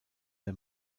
der